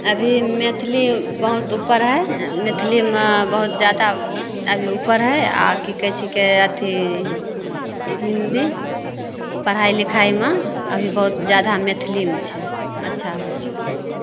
अभी मैथिली बहुत उपर हइ मैथिलीमे बहुत जादा अभी उपर हइ आओर की कहय छिकै अथी हिन्दी पढ़ाइ लिखाइ मे अभी बहुत जादा मैथिलीमे छै अच्छा होइ छै